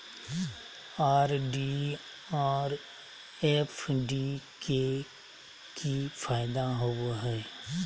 RD और FD के की फायदा होबो हइ?